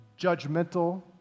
judgmental